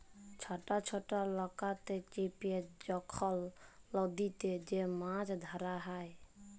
ছট ছট লকাতে চেপে যখল লদীতে যে মাছ ধ্যরা হ্যয়